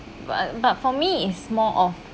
but but for me is more of